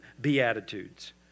beatitudes